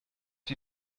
wie